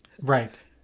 Right